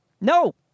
No